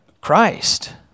Christ